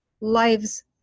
lives